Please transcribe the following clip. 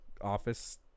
office